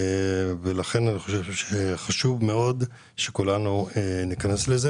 אני חושב שחשוב מאוד שכולנו ניכנס לנושא.